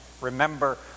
remember